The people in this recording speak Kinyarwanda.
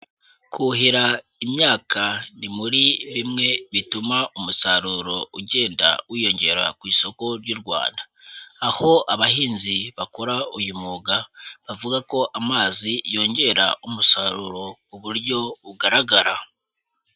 Kuhira imyaka ni muri bimwe bituma umusaruro ugenda wiyongera ku isoko ry'u Rwanda, aho abahinzi bakora uyu mwuga, bavuga ko amazi yongera umusaruro ku buryo bugaragara.